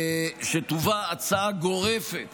שתובא הצעה גורפת